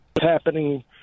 happening